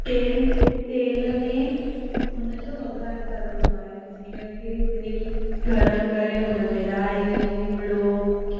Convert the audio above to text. तेलु तेल में हुनजो वघार करिणो आहे जीअं की तेलु गरमु करे हुन में राई लीमड़ो